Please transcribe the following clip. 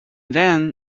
then